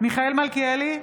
מיכאל מלכיאלי,